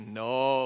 no